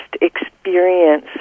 experience